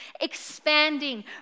expanding